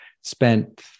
spent